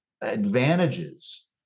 advantages